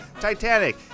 Titanic